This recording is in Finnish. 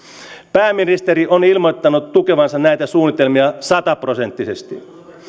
pääministeri on ilmoittanut tukevansa näitä suunnitelmia sataprosenttisesti